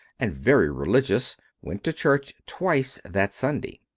and very religious, went to church twice that sunday.